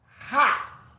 hot